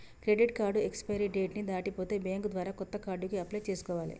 credit card expiry date ని దాటిపోతే bank ద్వారా కొత్త కార్డుకి అప్లై చేసుకోవాలే